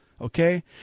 Okay